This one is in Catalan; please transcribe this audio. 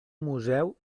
museu